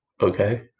okay